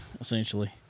essentially